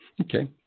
Okay